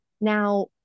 now